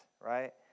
right